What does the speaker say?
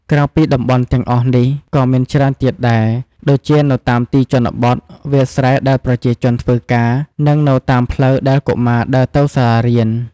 ក្រៅពីតំបន់ទាំងអស់នេះ ក៏មានច្រើនទៀតដែរ ដូចជានៅតាមទីជនបទ វាលស្រែដែលប្រជាជនធ្វើការ និងនៅតាមផ្លូវដែលកុមារដើរទៅសាលារៀន ។